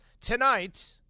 Tonight